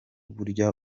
burya